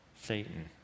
Satan